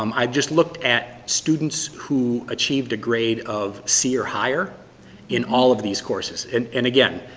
um i just looked at students who achieved a grade of c or higher in all of these courses. and and again,